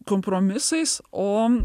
kompromisais o